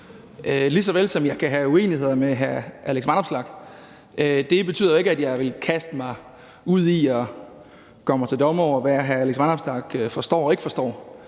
lige såvel som jeg kan have uenigheder med hr. Alex Vanopslagh. Det betyder ikke, at jeg vil kaste mig ud i at gøre mig til dommer over, hvad hr. Alex Vanopslagh forstår og ikke forstår.